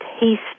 taste